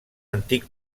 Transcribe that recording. antic